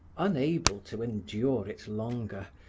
unable to endure it longer,